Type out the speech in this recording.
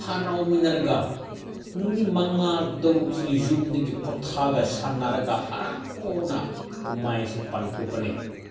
ꯍꯔꯥꯎꯃꯤꯟꯅꯔꯒ ꯅꯨꯃꯤꯠ ꯃꯉꯥ ꯇꯔꯨꯛꯁꯤ ꯌꯨꯝꯗꯒꯤ ꯄꯣꯊꯥꯔꯒ ꯁꯥꯟꯅꯔꯒ ꯍꯔꯥꯎꯅ ꯀꯨꯝꯍꯩꯁꯦ ꯄꯥꯡꯊꯣꯛꯄꯅꯦ